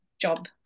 job